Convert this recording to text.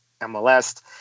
MLS